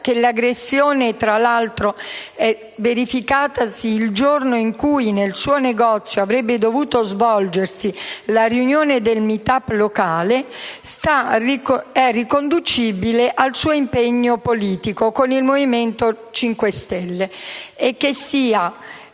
che l'aggressione, tra l'altro verificatasi nel giorno in cui nel suo negozio avrebbe dovuto svolgersi la riunione del *meetup* locale, sia riconducibile al suo impegno politico con il Movimento 5 Stelle e che sia